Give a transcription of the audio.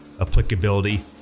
applicability